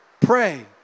pray